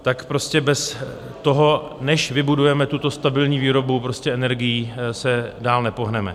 Tak prostě bez toho, než vybudujeme tuto stabilní výrobu energií, se dál nepohneme.